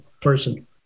person